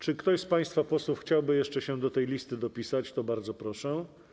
Jeżeli ktoś z państwa posłów chciałby jeszcze się do tej listy dopisać, to bardzo proszę.